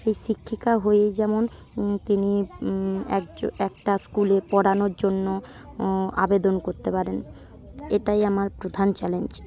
সেই শিক্ষিকা হয়েই যেমন তিনি একটা স্কুলে পড়ানোর জন্য আবেদন করতে পারেন এটাই আমার প্রধান চ্যালেঞ্জ